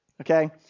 okay